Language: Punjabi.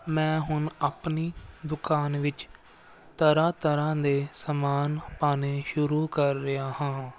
ਮੈਂ ਹੁਣ ਆਪਣੀ ਦੁਕਾਨ ਵਿੱਚ ਤਰ੍ਹਾਂ ਤਰ੍ਹਾਂ ਦੇ ਸਮਾਨ ਪਾਉਣੇ ਸ਼ੁਰੂ ਕਰ ਰਿਹਾ ਹਾਂ